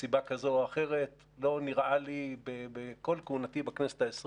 מסיבה כזו או אחרת לא נראה לי בכל כהונתי בכנסת ה-20